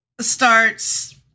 starts